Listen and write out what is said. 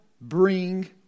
bring